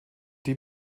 die